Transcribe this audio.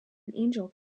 angel